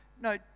No